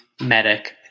Medic